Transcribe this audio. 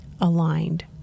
aligned